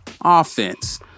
offense